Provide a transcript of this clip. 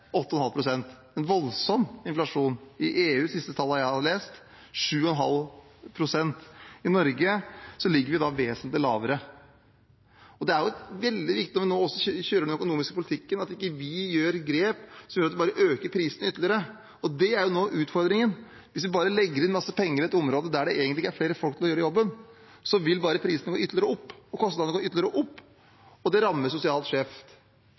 7,5 pst. I Norge ligger vi vesentlig lavere. Det er veldig viktig når vi nå kjører den økonomiske politikken, at vi ikke gjør grep som gjør at prisene bare øker ytterligere. Det er noe av utfordringen. Hvis vi bare legger inn masse penger på et område der det egentlig ikke er flere folk til å gjøre jobben, vil prisene og kostnadene bare gå ytterligere opp, og det rammer sosialt skjevt. Derfor er stabilitet viktig når det